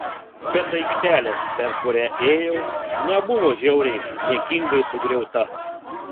bet aikštelė per kurią ėjau nebuvo žiauriai niekingai sugriauta